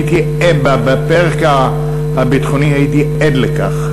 בפרק הביטחוני הייתי עד לכך,